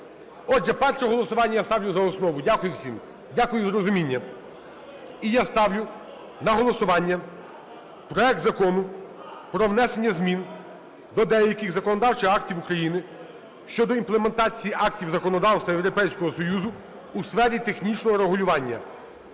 Отже, перше голосування. Я ставлю за основу. Дякую всім, дякую за розуміння. І я ставлю на голосування проект Закону про внесення змін до деяких законодавчих актів України щодо імплементації актів законодавства Європейського Союзу у сфері технічного регулювання